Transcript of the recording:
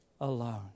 alone